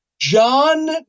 John